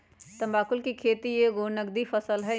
तमाकुल कें खेति एगो नगदी फसल हइ